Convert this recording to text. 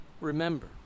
remember